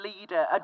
leader